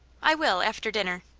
i will, after dinner.